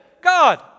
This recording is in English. God